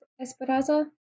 Esperanza